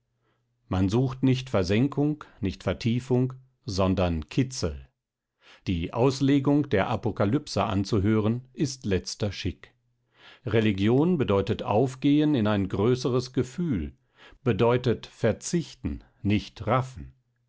man sucht nicht versenkung nicht vertiefung sondern kitzel die auslegung der apokalypse anzuhören ist letzter schick religion bedeutet aufgehen in ein größeres gefühl bedeutet verzichten nicht raffen